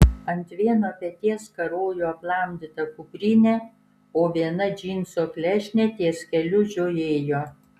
ant vieno peties karojo aplamdyta kuprinė o viena džinsų klešnė ties keliu žiojėjo